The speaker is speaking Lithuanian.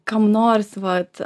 kam nors vat